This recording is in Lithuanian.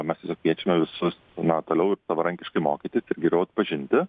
mes tiesiog kviečiame visus na toliau ir savarankiškai mokytis ir geriau atpažinti